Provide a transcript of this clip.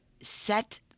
set